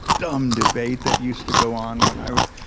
dumb debate that used to go on when i was